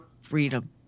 freedom